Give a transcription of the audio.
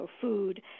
food